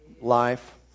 Life